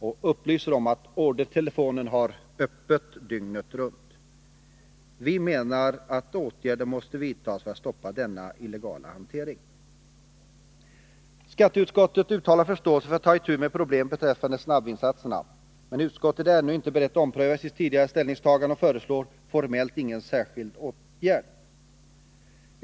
Och man upplyser om att ordertelefonen har ”öppet dygnet runt”. Jag menar att åtgärder måste vidtas för att stoppa denna illegala hantering. Skatteutskottet uttalar förståelse för att man bör ta itu med problemet beträffande snabbvinsatser. Men utskottet är inte ännu berett att ompröva sitt tidigare ställningstagande och föreslår formellt ingen särskild åtgärd.